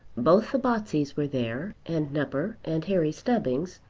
both the botseys were there, and nupper and harry stubbings,